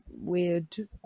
weird